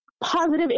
positive